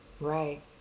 right